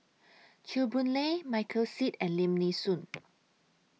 Chew Boon Lay Michael Seet and Lim Nee Soon